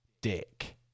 dick